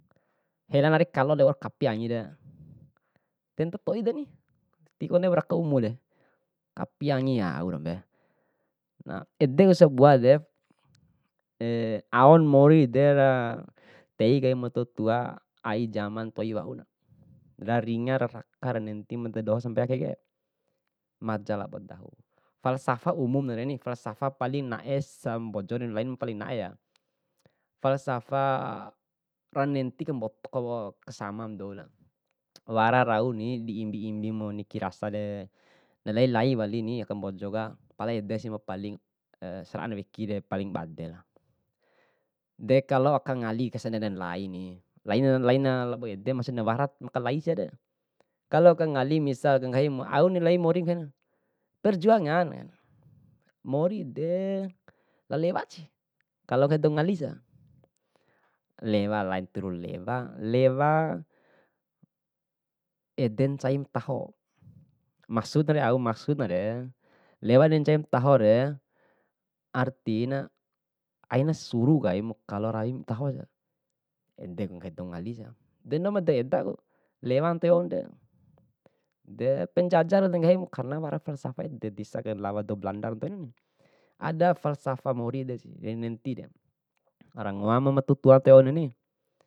kalo wau kapi angire. De toi toi den, ti kone raka umurde, kapi angi aurde. Edeku sabuade, aon moridera tei kaima tua tua, ai jaman toi waun ra ringa rakara nenti mada doho sampai akeke, maja labo dahu. Falsafah umumnareni falsafah paling nae sambojore, lain paling naere ya. falsafah manenti kamboto kalo kasama ba doure. wara rauni di imbi imbimu niki rasare, nalai lai walini aka mbojoka, pala edesi ma paling sara'ana wekire paling bade. De kalo aka ngali laini, lain laina labo ede maksudna warapu makalai siade. Kalo aka ngali misal nggahim auk nggahim mori kain, perjuangan, mori de na lewatsi kalo nggahi dou ngalisa, lewa lain turu lewa, lewa ede ncai mataho, maksudre au maksudnare lewa di ncaimatahore artina ain suru kaim kalo rawi matahore, edeku nggahi dou ngalisa. De indomu da edaku, lewama tero ntoin, de penjajahre de ngahim karena wara falsafah ede disa kaina lawa kai dou belanda deni. Ada falsafah mori des ra nentina, rangoaba ma tua tuakeni.